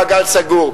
מעגל סגור,